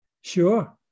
Sure